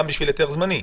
גם בשביל היתר זמני.